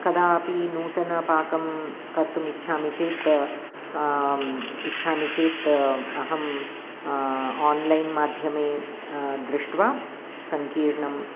कदापि नूतनपाकं कर्तुमिच्छामि चेत् इच्छामि चेत् अहं आण्लैन् माध्यमे दृष्ट्वा संकीर्णम्